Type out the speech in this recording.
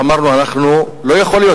ואמרנו: לא יכול להיות,